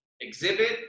exhibit